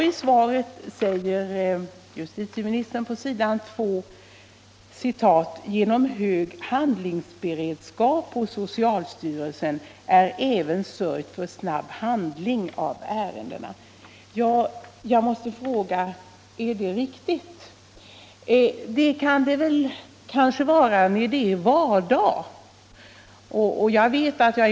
I svaret säger justitieministern: ”Genom hög handlingsberedskap hos socialstyrelsen är även sörjt för snabb behandling av ärendena.” Jag måste fråga om detta är riktigt. Det kan det kanske vara när inte helgdagar kommer emellan.